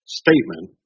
statement